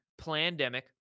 plandemic